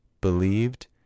believed